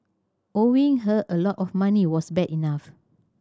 owing her a lot of money was bad enough